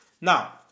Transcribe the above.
Now